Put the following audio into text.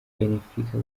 benfica